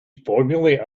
formulate